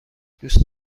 دوست